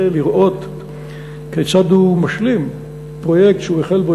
לראות כיצד הוא משלים פרויקט שהוא החל בו,